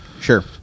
Sure